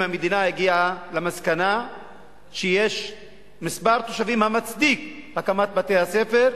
אם המדינה הגיעה למסקנה שיש מספר תושבים המצדיק הקמת בתי-הספר,